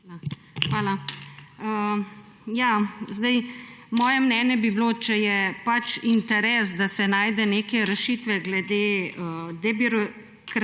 Hvala. Moje mnenje bi bilo, da če je interes, da se najde neke rešitve glede debirokratizacije,